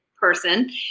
person